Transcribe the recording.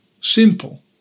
simple